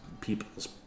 people's